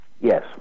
Yes